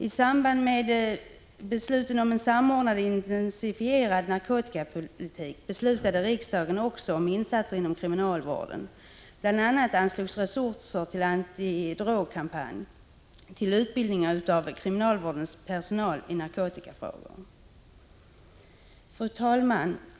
I samband med beslutet om en samordnad och intensifierad narkotikapolitik beslutade riksdagen också om insatser inom kriminalvården. Bl.a. anslogs resurser till en antidrogkampanj och till utbildning av kriminalvårdens personal i narkotikafrågor. Fru talman!